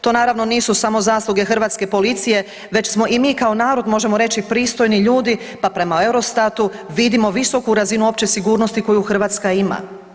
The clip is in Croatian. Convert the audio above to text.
To naravno nisu samo zasluge hrvatske policije, već smo i mi kao narod možemo reći pristojni ljudi pa prema EUROSTAT-u vidimo visoku razinu opće sigurnosti koju Hrvatska ima.